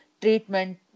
treatment